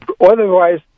otherwise